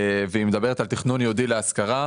ומדברת על תכנון ייעודי להשכרה.